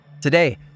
Today